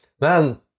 man